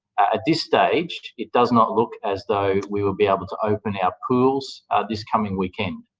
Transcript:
at this stage, it does not look as though we will be able to open our pools this coming weekend.